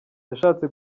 yashatse